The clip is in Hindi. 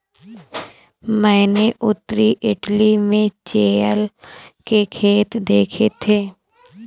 मैंने उत्तरी इटली में चेयल के खेत देखे थे